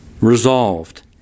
Resolved